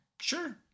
Sure